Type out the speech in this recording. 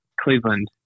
Cleveland